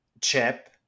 chip